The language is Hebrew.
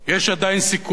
יש עדיין סיכוי,